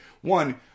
one